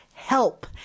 help